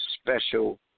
special